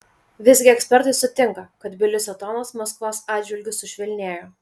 visgi ekspertai sutinka kad tbilisio tonas maskvos atžvilgiu sušvelnėjo